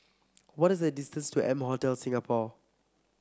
what is the distance to M Hotel Singapore